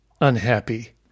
unhappy